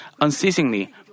unceasingly